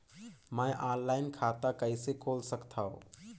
मैं ऑनलाइन खाता कइसे खोल सकथव?